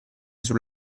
sul